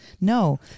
No